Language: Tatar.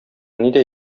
нидә